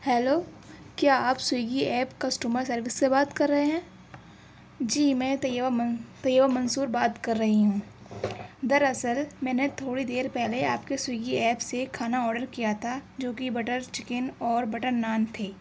hello کیا آپ Swiggy app customer service سے بات کر رہے ہیں جی میں طیبہ من طیبہ منصور بات کر رہی ہوں در اصل میں نے تھوڑی دیر پہلے آپ کے سویگی ایپ سے ایک کھانا آڈر کیا تھا جوکہ بٹر چکن اور بٹر نان تھی